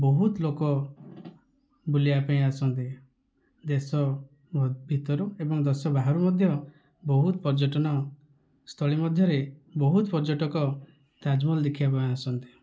ବହୁତ ଲୋକ ବୁଲିବା ପାଇଁ ଆସନ୍ତି ଦେଶ ଭିତରୁ ଏବଂ ଦେଶ ବାହାରୁ ମଧ୍ୟ ବହୁତ ପର୍ଯ୍ୟଟନ ସ୍ଥଳୀ ମଧ୍ୟରେ ବହୁତ ପର୍ଯ୍ୟଟକ ତାଜମହଲ ଦେଖିବା ପାଇଁ ଆସନ୍ତି